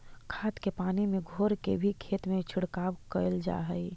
खाद के पानी में घोर के भी खेत में छिड़काव कयल जा हई